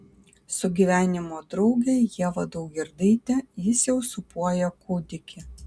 su gyvenimo drauge ieva daugirdaite jis jau sūpuoja kūdikį